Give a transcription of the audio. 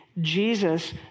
Jesus